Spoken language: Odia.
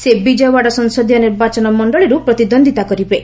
ସେ ବିଜୟୱାଡ଼ା ସଂସଦୀୟ ନିର୍ବାଚନ ମଣ୍ଡଳୀରୁ ପ୍ରତିଦ୍ୱନ୍ଦ୍ୱିତା କରିବେ